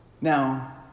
Now